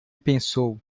pensou